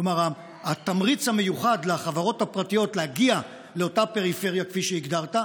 כלומר התמריץ המיוחד לחברות הפרטיות להגיע לאותה פריפריה כפי שהגדרת,